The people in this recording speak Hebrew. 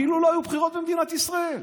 כאילו לא היו בחירות במדינת ישראל,